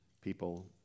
people